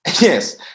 yes